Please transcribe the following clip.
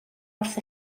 wrth